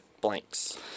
blanks